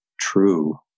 true